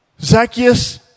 Zacchaeus